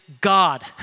God